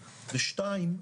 ושתיים,